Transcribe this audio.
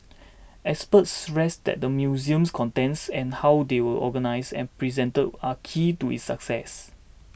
experts stressed that the museum's contents and how they are organised and presented are key to its success